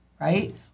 right